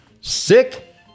sick